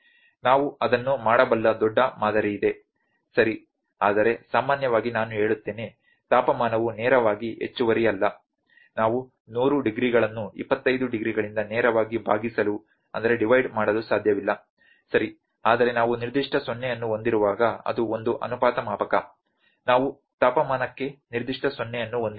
ನಾವು ಅದನ್ನು ಮಾಡಬಲ್ಲ ದೊಡ್ಡ ಮಾದರಿಯಿದೆ ಸರಿ ಆದರೆ ಸಾಮಾನ್ಯವಾಗಿ ನಾನು ಹೇಳುತ್ತೇನೆ ತಾಪಮಾನವು ನೇರವಾಗಿ ಹೆಚ್ಚುವರಿ ಅಲ್ಲ ನಾವು 100 ಡಿಗ್ರಿಗಳನ್ನು 25 ಡಿಗ್ರಿಗಳಿಂದ ನೇರವಾಗಿ ಭಾಗಿಸಲು ಸಾಧ್ಯವಿಲ್ಲ ಸರಿ ಆದರೆ ನಾವು ನಿರ್ದಿಷ್ಟ 0 ಅನ್ನು ಹೊಂದಿರುವಾಗ ಅದು ಒಂದು ಅನುಪಾತ ಮಾಪಕ ನಾವು ತಾಪಮಾನಕ್ಕೆ ನಿರ್ದಿಷ್ಟ 0 ಅನ್ನು ಹೊಂದಿರಲಿಲ್ಲ